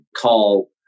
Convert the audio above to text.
call